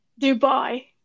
Dubai